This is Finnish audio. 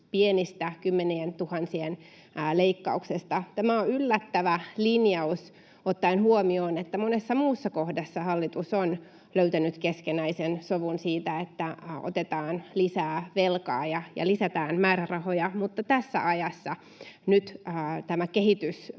pienestä, kymmenientuhansien, leikkauksesta. Tämä on yllättävä linjaus ottaen huomioon, että monessa muussa kohdassa hallitus on löytänyt keskinäisen sovun siitä, että otetaan lisää velkaa ja lisätään määrärahoja, mutta tässä ajassa nyt tämä